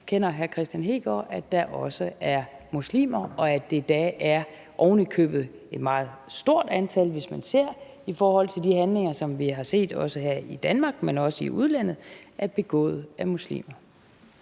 Hegaard, at der også er muslimer, og at det da oven i købet er et meget stort antal, hvis man ser på det i forhold til de handlinger, som vi har set her i Danmark, men også i udlandet, der er begået af muslimer?